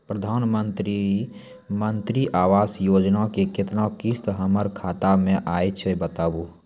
प्रधानमंत्री मंत्री आवास योजना के केतना किस्त हमर खाता मे आयल छै बताबू?